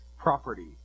Property